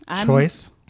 Choice